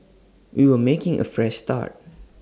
we were making A Fresh Start